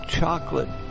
chocolate